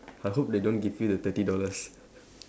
I hope they don't give you the thirty dollars